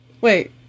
Wait